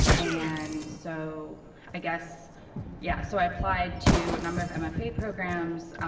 and so i guess yeah, so i applied to a number of and mfa programs.